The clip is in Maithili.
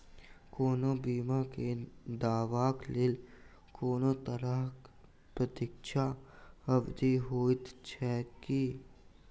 कोनो बीमा केँ दावाक लेल कोनों तरहक प्रतीक्षा अवधि होइत छैक की?